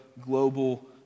global